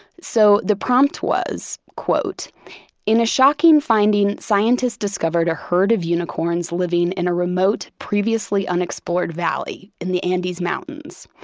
so the prompt was in a shocking finding, scientists discovered a herd of unicorns living in a remote, previously unexplored valley in the andes mountains.